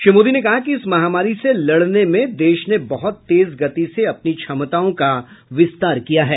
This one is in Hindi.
श्री मोदी ने कहा कि इस महामारी से लड़ने में देश ने बहुत तेज गति से अपनी क्षमताओं का विस्तार किया है